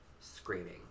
screaming